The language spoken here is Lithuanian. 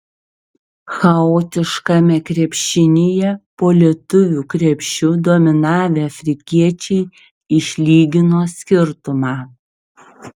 chaotiškame krepšinyje po lietuvių krepšiu dominavę afrikiečiai išlygino skirtumą